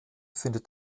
findet